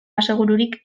asegururik